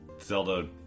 Zelda